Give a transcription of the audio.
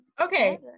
okay